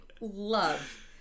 love